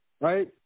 right